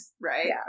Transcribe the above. right